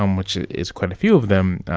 um which is quite a few of them,